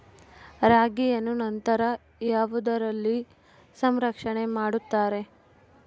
ರಾಗಿಯನ್ನು ನಂತರ ಯಾವುದರಲ್ಲಿ ಸಂರಕ್ಷಣೆ ಮಾಡುತ್ತಾರೆ?